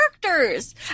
characters